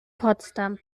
potsdam